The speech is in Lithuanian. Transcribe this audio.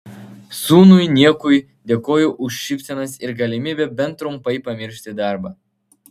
sūnui niekui dėkoju už šypsenas ir galimybę bent trumpai pamiršti darbą